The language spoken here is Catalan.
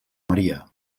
maria